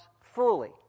fully